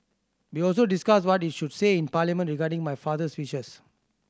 we also discussed what is should say in Parliament regarding my father's wishes